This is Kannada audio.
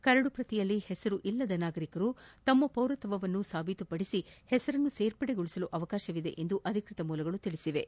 ಕರಡಿನಲ್ಲಿ ಹೆಸರಿಲ್ಲದ ನಾಗರಿಕರು ತಮ್ಮ ಪೌರತ್ವವನ್ನು ಸಾಬೀತುಪಡಿಸಿ ಹೆಸರನ್ನು ಸೇರಿಸಿಕೊಳ್ಳಲು ಅವಕಾಶವಿದೆ ಎಂದು ಅಧಿಕೃತ ಮೂಲಗಳು ತಿಳಿಸಿವೆ